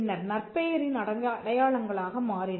பின்னர் நற் பெயரின் அடையாளமாக மாறின